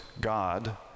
God